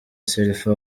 selfie